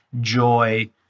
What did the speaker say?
joy